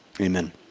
Amen